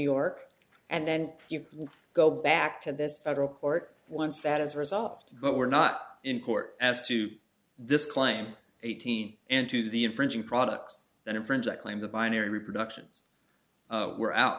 york and then you will go back to this federal court once that as a result but we're not in court as to this claim eighteen into the infringing products that infringe that claim the binary reproductions were out